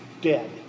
dead